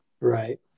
Right